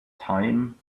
time